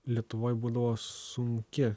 lietuvoj būdavo sunki